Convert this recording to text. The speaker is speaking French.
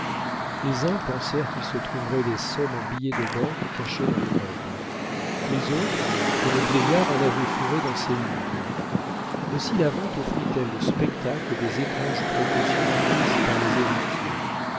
les uns pensèrent qu'il se trouverait des sommes en billets de banque cachés dans les meubles les autres que le vieillard en avait fourré dans ses livres aussi la vente offrit elle le spectacle des étranges précautions prises par les héritiers